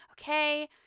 okay